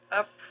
up